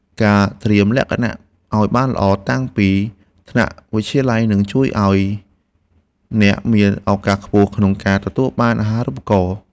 ការត្រៀមលក្ខណៈឱ្យបានល្អតាំងពីថ្នាក់វិទ្យាល័យនឹងជួយឱ្យអ្នកមានឱកាសខ្ពស់ក្នុងការទទួលបានអាហារូបករណ៍។